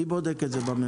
מי בודק את זה בממשלה?